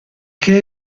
che